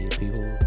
people